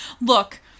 Look